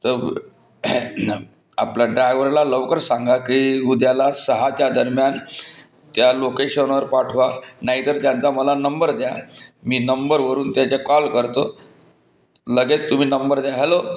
तर आपलं ड्रायव्हरला लवकर सांगा की उद्याला सहाच्या दरम्यान त्या लोकेशनवर पाठवा नाहीतर त्यांचा मला नंबर द्या मी नंबरवरून त्याच्या कॉल करतो लगेच तुम्ही नंबर द्या हॅलो